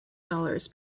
dollars